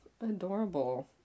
adorable